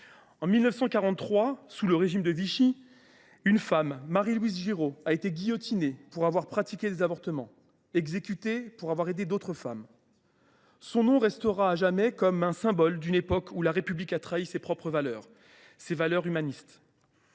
En 1943, sous le régime de Vichy, une femme, Marie Louise Giraud, a été guillotinée pour avoir pratiqué des avortements. Autrement dit, elle a été exécutée pour avoir aidé d’autres femmes. Son nom restera à jamais comme le symbole d’une époque où la République a trahi ses propres valeurs et son humanisme.